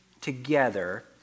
together